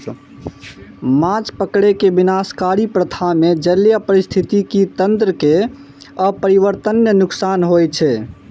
माछ पकड़ै के विनाशकारी प्रथा मे जलीय पारिस्थितिकी तंत्र कें अपरिवर्तनीय नुकसान होइ छै